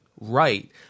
right